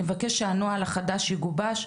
נבקש שהנוהל החדש שגובש,